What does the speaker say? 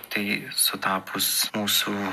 tai sutapus mūsų